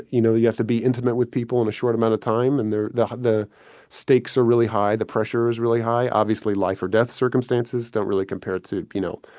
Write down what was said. you know, you have to be intimate with people in a short amount of time. and the the stakes are really high. the pressure is really high. obviously, life or death circumstances don't really compare to, you know,